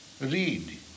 read